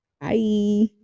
Bye